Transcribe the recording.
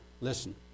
Listen